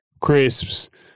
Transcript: crisps